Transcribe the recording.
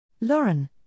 Lauren